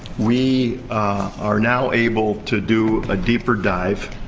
we are now able to do a deeper dive.